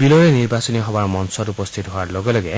বিলৌৰে নিৰ্বাচনী সভাৰ মঞ্চত উপস্থিত হোৱাৰ লগে লগে